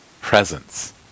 Presence